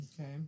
Okay